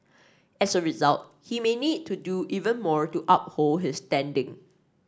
as a result he may need to do even more to uphold his standing